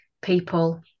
people